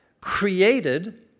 created